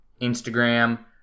Instagram